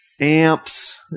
Amps